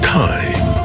time